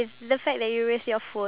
how about you